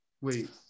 Wait